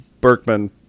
Berkman